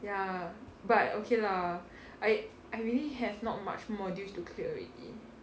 ya but okay lah I I really have not much modules to clear already